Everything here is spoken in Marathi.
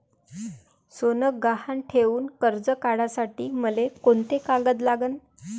सोनं गहान ठेऊन कर्ज काढासाठी मले कोंते कागद लागन?